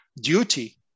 duty